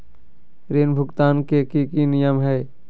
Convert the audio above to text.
ऋण भुगतान के की की नियम है?